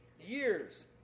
years